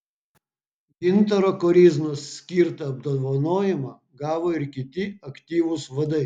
gintaro koryznos skirtą apdovanojimą gavo ir kiti aktyvūs vadai